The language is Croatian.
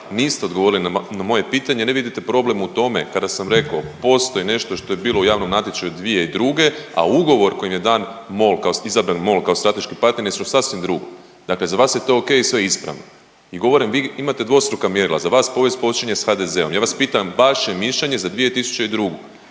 niste odgovorili na moje pitanje, ne vidite problem u tome kada sam reko postoji nešto što je bilo u javnom natječaju 2002., a ugovor kojim je dan MOL, izabran MOL kao strateški partner je nešto sasvim drugo, dakle za vas je to okej i sve ispravno. I govorim vi imate dvostruka mjerila, za vas povijest počinje s HDZ-om, ja vas pitam vaše mišljenje za 2002.g.,